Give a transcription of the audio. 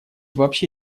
вообще